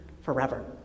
forever